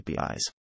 APIs